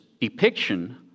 depiction